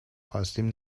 خواستیم